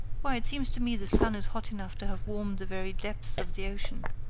why, it seems to me the sun is hot enough to have warmed the very depths of the ocean.